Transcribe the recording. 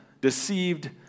deceived